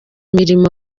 imirimo